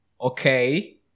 okay